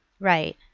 Right